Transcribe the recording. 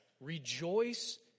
rejoice